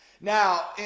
Now